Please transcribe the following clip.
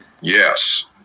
Yes